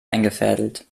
eingefädelt